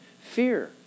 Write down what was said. fear